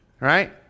Right